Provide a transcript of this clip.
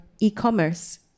e-commerce